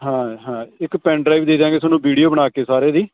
ਹਾਂ ਹਾਂ ਇੱਕ ਪੈਨ ਡਰਾਈਵ ਦੇ ਦਿਆਂਗੇ ਤੁਹਾਨੂੰ ਵੀਡੀਓ ਬਣਾ ਕੇ ਸਾਰੇ ਦੀ